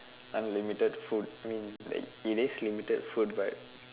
unlimited food I mean it is limited food but